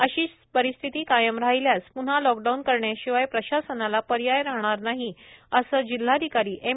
अशीच परिस्थिती कायम राहल्यास प्न्हा लॉकडाऊन करण्याशिवाय प्रशासनाला पर्याय राहणार नाही असे जिल्हाधिकारी एम